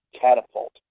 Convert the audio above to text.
catapult